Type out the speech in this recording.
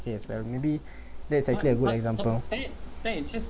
to say uh maybe that's actually a good example